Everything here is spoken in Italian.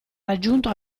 raggiunto